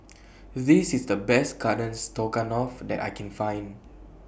This IS The Best Garden Stroganoff that I Can Find